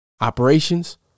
operations